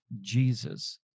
Jesus